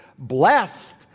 Blessed